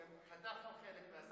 חתכנו חלק מההסכמות.